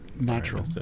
Natural